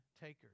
takers